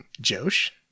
Josh